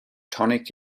tonic